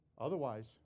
Otherwise